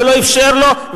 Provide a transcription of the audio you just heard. ולא אפשר לו,